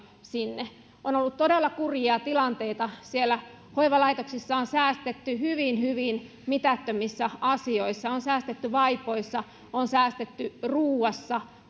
sinne on ollut todella kurjia tilanteita hoivalaitoksissa on säästetty hyvin hyvin mitättömissä asioissa on säästetty vaipoissa on säästetty ruuassa